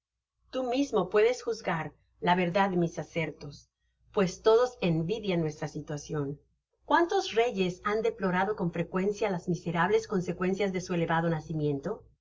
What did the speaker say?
tú mismo puedes juzgar de la verdad mis asertos pues todos envidian nuestra situacion cuántos reyes han deplorado con frecuencia las miserables consecuencias de su elevado nacimiento